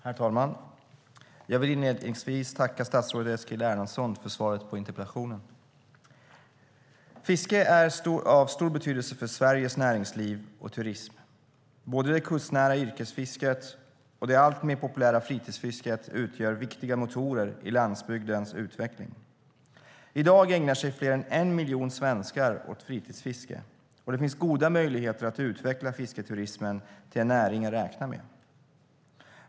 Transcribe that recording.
Herr talman! Jag vill inledningsvis tacka statsrådet Eskil Erlandsson för svaret på interpellationen. Fisket är av stor betydelse för Sveriges näringsliv och turism. Både det kustnära yrkesfisket och det alltmer populära fritidsfisket utgör viktiga motorer i landsbygdens utveckling. I dag ägnar sig fler än en miljon svenskar åt fritidsfiske. Det finns goda möjligheter att utveckla fisketurismen till en näring att räkna med.